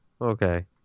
Okay